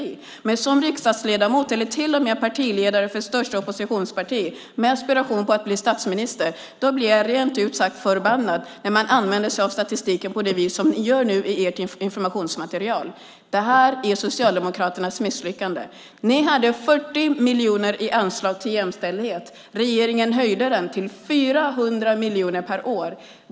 Men när man som riksdagsledamot eller till och med partiledare för det största oppositionspartiet med aspirationer på att bli statsminister använder sig av statistiken på det vis som ni nu gör i ert informationsmaterial blir jag rent ut sagt förbannad. Det här är Socialdemokraternas misslyckande. Ni hade 40 miljoner i anslag till jämställdhet. Regeringen höjde det till 400 miljoner per år.